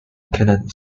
kennedy